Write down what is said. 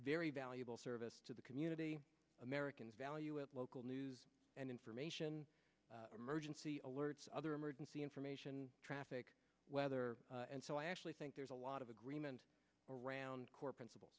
very valuable service to the community americans value local news and information emergency alerts other emergency information traffic weather and so i actually think there's a lot of agreement around core principle